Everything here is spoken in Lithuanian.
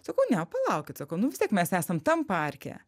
sakau ne palaukit sakau nu vis tiek mes esam tam parke